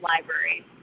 library